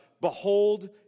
behold